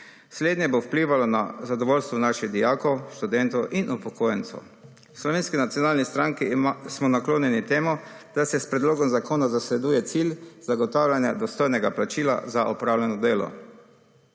Slednje bo vplivalo na zadovoljstvo naših dijakov, študentov in upokojencev. V Slovenski nacionalni stranki smo naklonjeni temu, da se s predlogom zakona zasleduje cilj zagotavljanja dostojnega plačila za opravljeno delo.